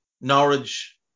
Norwich